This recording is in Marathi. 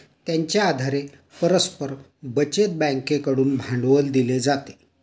त्यांच्या आधारे परस्पर बचत बँकेकडून भांडवल दिले जाते